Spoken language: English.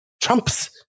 Trump's